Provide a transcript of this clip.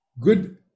Good